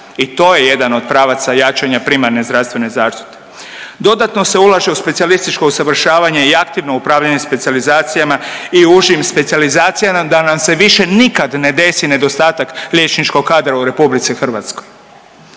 I to je jedan od pravaca jačanja primarne zdravstvene zaštite. Dodatno se ulaže u specijalističko usavršavanje i aktivno upravljanje specijalizacijama i užim specijalizacijama da nam se više nikad ne desi nedostatak liječničkog kadra u RH.